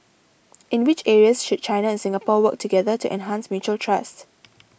in which areas should China and Singapore work together to enhance mutual trust